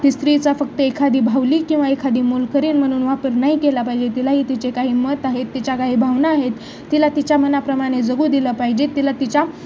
की स्त्रीचा फक्त एखादी बाहुली किंवा एखादी मोलकरीण म्हणून वापर नाही केला पाहिजे तिलाही तिचे काही मत आहेत तिच्या काही भावना आहेत तिला तिच्या मनाप्रमाणे जगू दिलं पाहिजेत तिला तिच्या